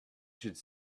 should